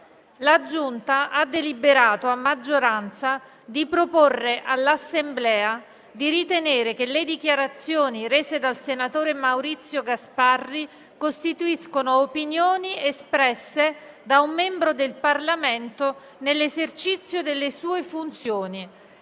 parlamentari ha deliberato, a maggioranza, di proporre all'Assemblea di ritenere che le dichiarazioni rese dal senatore Maurizio Gasparri costituiscono opinioni espresse da un membro del Parlamento nell'esercizio delle sue funzioni